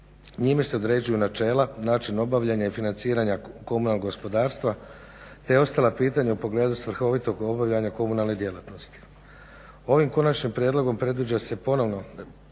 Njime se određuju načela, način obavljanja i financiranja komunalnog gospodarstva, te ostala pitanja u pogledu svrhovitog obavljanja komunalne djelatnosti. Ovim konačnim prijedlogom predviđa se ponovo